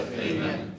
Amen